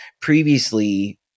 Previously